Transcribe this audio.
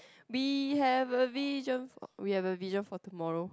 we have a vision we have a vision for tomorrow